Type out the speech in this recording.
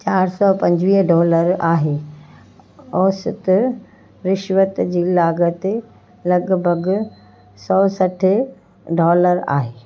चार सौ पंजिवीह डॉलर आहे औसत रिश्वत जी लाॻत लॻिभॻि सौ सठि डॉलर आहे